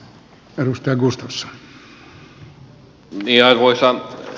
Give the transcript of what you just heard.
arvoisa puhemies